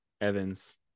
evans